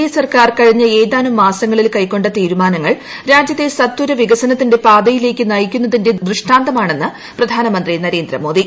A സർക്കാർ കഴിഞ്ഞ ഏതാനും മാസങ്ങളിൽ കൈക്കൊ തീരുമാനങ്ങൾ രാജ്യത്തെ സത്വര വികസനത്തിന്റെ പാതയിലേക്ക് നയിക്കുന്നതിന്റെ ദൃഷ്ടാന്തമാണെന്ന് പ്രധാനമന്ത്രി നരേന്ദ്ര മോദി